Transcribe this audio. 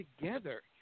together